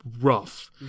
rough